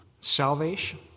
salvation